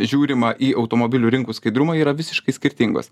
žiūrima į automobilių rinkų skaidrumą yra visiškai skirtingos